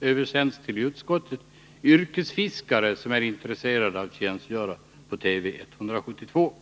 översänts till utskottet, yrkesfiskare som är intresserade av tjänstgöring på Tv 172.